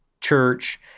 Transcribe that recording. Church